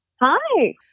Hi